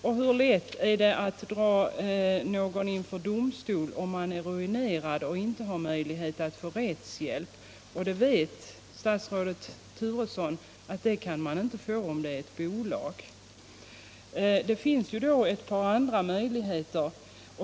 Och hur lätt är det att dra någon inför domstol om man är ruinerad och inte har möjlighet att få rättshjälp? Statsrådet Turesson vet att sådan hjälp kan man inte få om det gäller ett bolag. Det finns då ett par andra möjligheter.